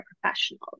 professionals